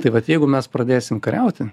tai vat jeigu mes pradėsim kariauti